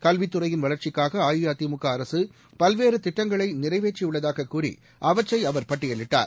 கல்வித்துறையின் வளர்ச்சிக்காகஅஇஅதிமுகஅரசுபல்வேறுதிட்டங்களைநிறைவேற்றியுள்ளதாககூறிஅவற்றைஅவர் பட்டியலிட்டார்